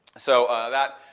so that,